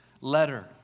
letter